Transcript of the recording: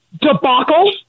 debacle